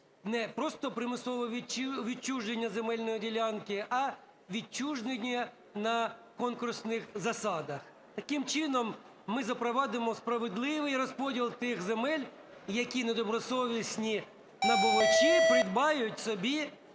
не просто примусове відчуження земельної ділянки, а відчуження на конкурсних засадах. Таким чином ми запровадимо справедливий розподіл тих земель, які недобросовісні набувачі придбають собі